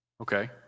Okay